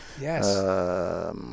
Yes